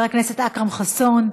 חבר הכנסת אכרם חסון,